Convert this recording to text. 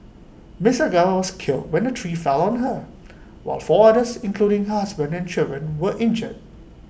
miss Gao was killed when the tree fell on her while four others including her husband and children were injured